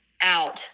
out